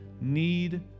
need